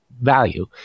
value